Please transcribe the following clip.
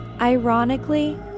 Ironically